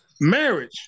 marriage